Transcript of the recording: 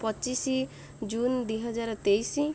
ପଚିଶ ଜୁନ୍ ଦୁଇହଜାର ତେଇଶ